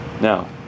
Now